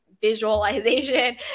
visualization